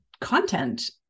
content